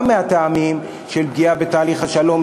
גם מהטעמים של פגיעה בתהליך השלום,